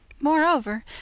moreover